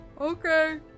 Okay